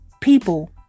people